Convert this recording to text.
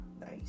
Nice